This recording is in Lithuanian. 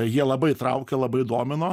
jie labai traukė labai domino